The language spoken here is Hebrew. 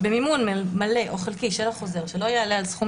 במימון מלא או חלקי של החוזר שלא יעלה על סכום